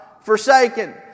forsaken